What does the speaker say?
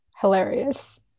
hilarious